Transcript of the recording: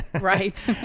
Right